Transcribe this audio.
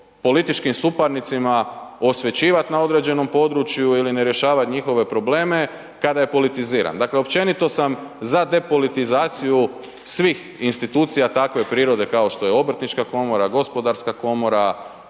političkim suparnicima osvećivat na određenom području ili ne rješava njihove probleme kada je politiziran. Dakle, općenito sam za depolitizaciju svih institucija takve prirode kao što je obrtnička komora, gospodarska komora,